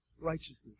righteousness